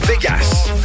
Vegas